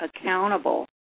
accountable